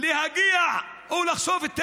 להגיע או לחשוף את האמת,